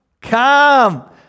come